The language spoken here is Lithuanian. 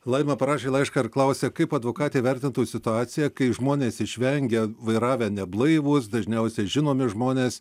laima parašė laišką ir klausia kaip advokatė įvertintų situaciją kai žmonės išvengia vairavę neblaivūs dažniausiai žinomi žmonės